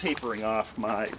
tapering off my